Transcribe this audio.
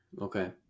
Okay